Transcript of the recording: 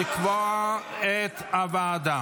תעבור לוועדת הכנסת לקבוע את הוועדה.